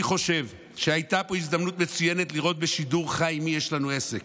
אני חושב שהייתה פה הזדמנות מצוינת לראות בשידור חי עם מי יש לנו עסק.